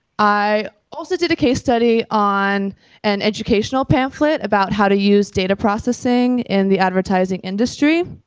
i also did a case study on an educational pamphlet about how to use data processing in the advertising industry.